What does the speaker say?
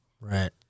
Right